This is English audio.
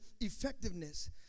effectiveness